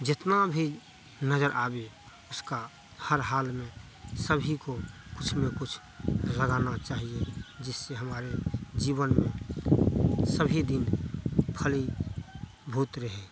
जितना भी नजर आए उसका हर हाल में सभी को कुछ न कुछ लगाना चाहिए जिससे हमारे जीवन में सभी दिन फलीभूत रहे